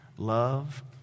Love